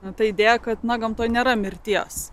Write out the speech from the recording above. ta idėja kad na gamtoj nėra mirties